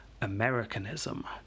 Americanism